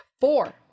Four